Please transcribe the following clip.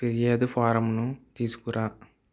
ఫిర్యాదు ఫారంను తీసుకురా